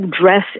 dress